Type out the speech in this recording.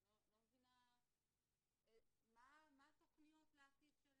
אני לא מבינה מה התכניות לעתיד של